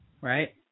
right